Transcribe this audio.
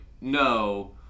no